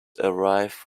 arrive